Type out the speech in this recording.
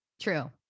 True